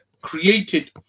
created